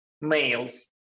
males